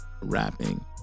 rapping